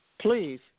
Please